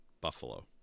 Buffalo